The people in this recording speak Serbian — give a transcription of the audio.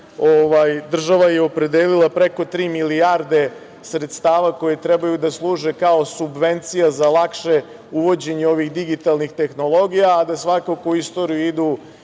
Država je opredelila preko tri milijarde sredstava koja trebaju da služe kao subvencija za lakše uvođenje ovih digitalnih tehnologija, a da svakako u istoriju idu